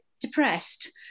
depressed